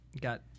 got